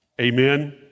Amen